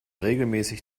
regelmäßig